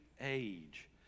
age